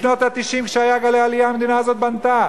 בשנות ה-90, כשהיו גלי עלייה, המדינה הזאת בנתה.